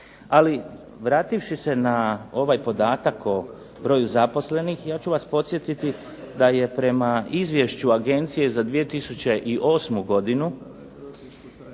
Ali vrativši se na ovaj podatak o broju zaposlenih ja ću vas podsjetiti da je prema izvješću Agencije za 2008. godinu